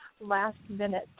last-minute